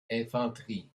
infanterie